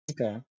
okay